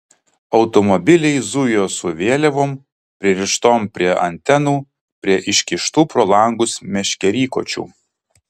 automobiliai zujo su vėliavom pririštom prie antenų prie iškištų pro langus meškerykočių